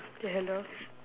okay hello